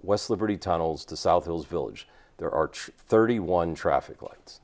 west liberty tunnels to south wales village their arch thirty one traffic light